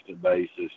basis